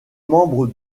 membres